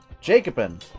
Jacobin